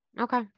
Okay